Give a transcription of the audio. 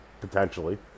potentially